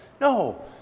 no